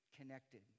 connected